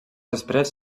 després